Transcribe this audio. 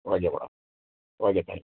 okay madam okay thank you